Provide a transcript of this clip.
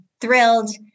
thrilled